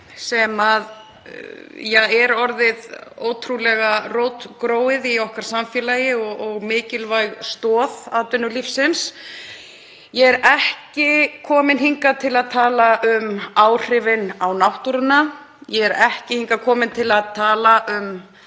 sem er orðið ótrúlega rótgróið í okkar samfélagi og mikilvæg stoð atvinnulífsins. Ég er ekki komin hingað til að tala um áhrifin á náttúruna, ég er ekki hingað komin til að tala um